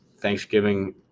thanksgiving